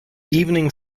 evening